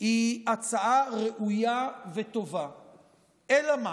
היא הצעה ראויה וטובה, אלא מה?